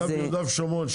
אתה ביהודה ושומרון.